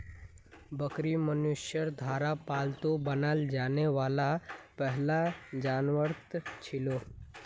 बकरी मनुष्यर द्वारा पालतू बनाल जाने वाला पहला जानवरतत छिलो